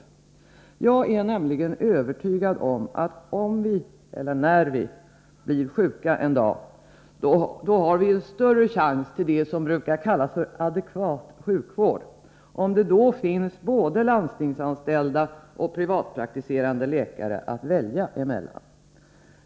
privatläkarpraktik Jag är nämligen övertygad om att vi alla om och när vi blir sjuka har större chans till s.k. adekvat sjukvård om det då finns både landstingsanställda och privatpraktiserande läkare att välja emellan.